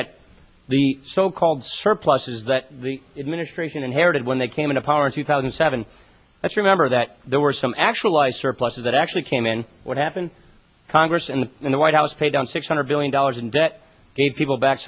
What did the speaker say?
at the so called surpluses that the administration inherited when they came into power in two thousand and seven that remember that there were some actualize surpluses that actually came in what happened congress in the in the white house paid down six hundred billion dollars in debt gave people back